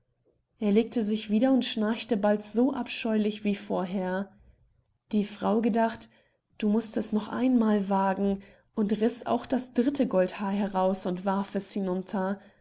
er legte sich wieder und schnarchte bald so abscheulich wie vorher die frau gedacht du mußt es noch einmal wagen und riß auch das dritte goldhaar heraus und warfs hinunter